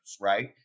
right